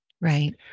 Right